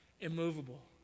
immovable